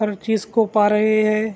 ہر چیز کو پا رہے ہے